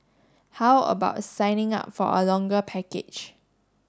how about signing up for a longer package